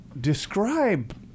describe